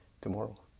tomorrow